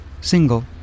single